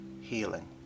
healing